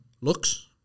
Looks